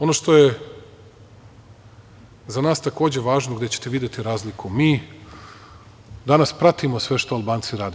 Ono što je za nas takođe važno, gde ćete videti razliku, mi danas pratimo sve što Albanci rade.